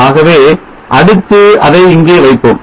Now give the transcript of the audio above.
ஆகவே அடுத்து அதை இங்கே வைப்போம்